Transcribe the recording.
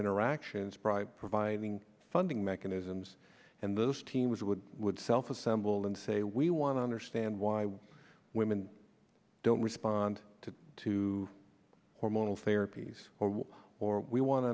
interactions prive providing ending mechanisms and those teams would would self assemble and say we want to understand why women don't respond to two hormonal therapies or we want to